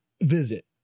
visit